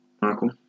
Michael